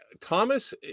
Thomas